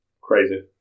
Crazy